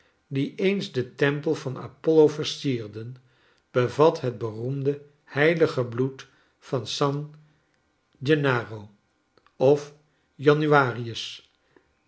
die eens den tempel van apollo versierden bevat het beroemde heilige bloed van san gennaro of januarius